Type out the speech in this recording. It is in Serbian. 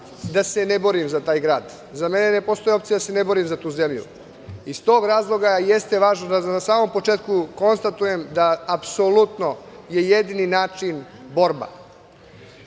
da se ne borim za taj grad, za mene ne postoji opcija da se ne borim za tu zemlju. Iz tog razloga jeste važno da na samom početku konstatujem da apsolutno je jedini način borba.Za